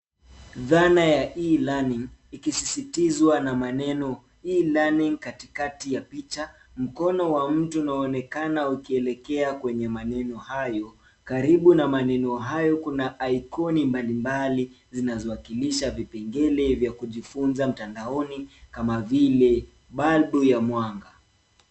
Dhana ya e-learning ikisisitizwa na maneno e-learning katikati ya picha. Mkono wa mtu unaonekana ukielekea kwenye maneno hayo. Karibu na maneno hayo kuna ikoni mbalimbali zinazowakilisha vipengele vya kujifunza mtandaoni kama vile balbu ya mwanga.